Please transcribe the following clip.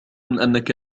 أنك